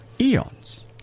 eons